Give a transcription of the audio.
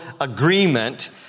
agreement